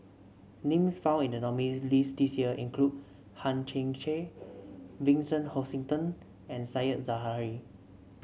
names found in the nominees' list this year include Hang Chang Chieh Vincent Hoisington and Said Zahari